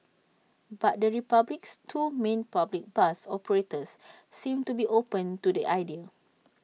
but the republic's two main public bus operators seem to be open to the idea